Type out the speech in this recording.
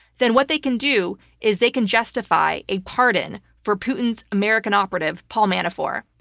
then what they can do is they can justify a pardon for putin's american operative paul manafort.